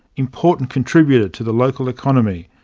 important contributor to the local economy,